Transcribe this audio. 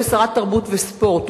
כשרת תרבות וספורט,